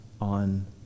on